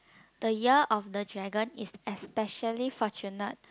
the year of the dragon is especially fortunate